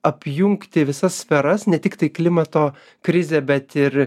apjungti visas sferas ne tiktai klimato krizę bet ir